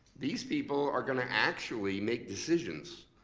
these people are gonna actually make decisions.